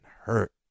hurt